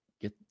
get